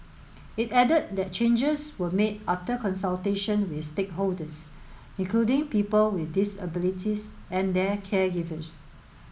it added that changes were made after consultation with stakeholders including people with disabilities and their caregivers